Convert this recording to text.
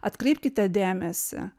atkreipkite dėmesį